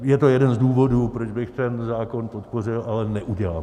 Je to jeden z důvodů, proč bych ten zákon podpořil, ale neudělám to.